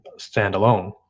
standalone